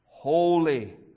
Holy